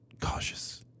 cautious